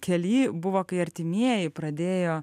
kely buvo kai artimieji pradėjo